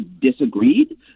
disagreed